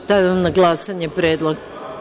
Stavljam na glasanje predlog.